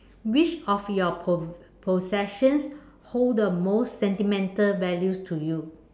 which of your po~ possessions hold the most sentimental values to you